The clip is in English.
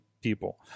people